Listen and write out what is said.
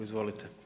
Izvolite.